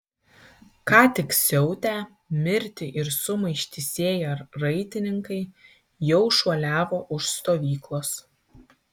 ką tik siautę mirtį ir sumaištį sėję raitininkai jau šuoliavo už stovyklos